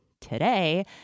today